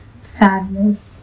sadness